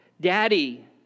Daddy